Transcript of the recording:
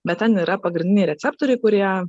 bet ten yra pagrindiniai receptoriai kurie